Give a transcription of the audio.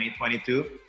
2022